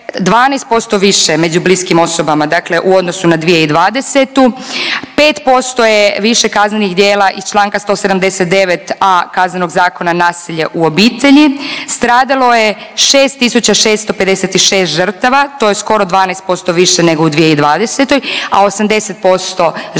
12% više među bliskim osobama, dakle u odnosu na 2020. 5% je više kaznenih djela iz čl. 179.a Kaznenog zakona nasilje u obitelji, stradalo je 6.656 žrtava to je skoro 12% više nego u 2020., a 80% žrtava